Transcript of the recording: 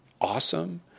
awesome